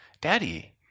Daddy